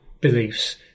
Beliefs